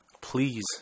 please